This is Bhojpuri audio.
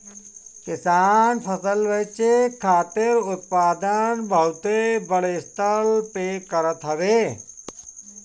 किसान फसल बेचे खातिर उत्पादन बहुते बड़ स्तर पे करत हवे